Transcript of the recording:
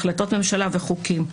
החלטות ממשלה וחוקים.